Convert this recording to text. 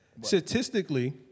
Statistically